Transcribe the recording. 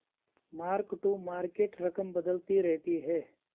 mark to market रकम बदलती रहती है